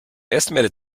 estimated